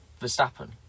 Verstappen